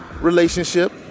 relationship